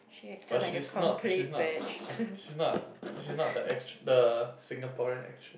but she's not she's not ac~ she's not ac~ she's not the actr~ the Singaporean actress